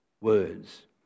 words